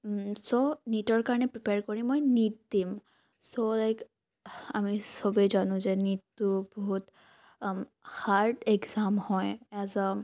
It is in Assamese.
চ' নীটৰ কাৰণে প্ৰিপেয়েৰ কৰি মই নীট দিম চ' লাইক আমি চবে জানোঁ যে নীটটো বহুত হাৰ্ড একজাম হয় এজ এ